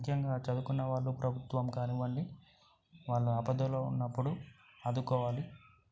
ముఖ్యంగా చదువుకున్న వాళ్ళు ప్రభుత్వం కానివ్వండి వాళ్ళు ఆపదలో ఉన్నప్పుడు ఆదుకోవాలి